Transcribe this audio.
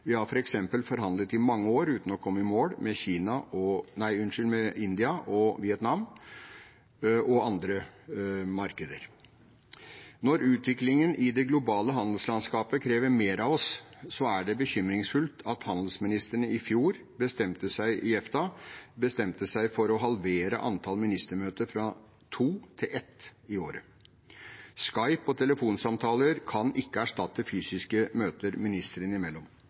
Vi har f.eks. forhandlet i mange år uten å komme i mål med India og Vietnam og andre markeder. Når utviklingen i det globale handelslandskapet krever mer av oss, er det bekymringsfullt at handelsministrene i EFTA i fjor bestemte seg for å halvere antall ministermøter – fra to til ett i året. Skype og telefonsamtaler kan ikke erstatte fysiske møter ministrene imellom.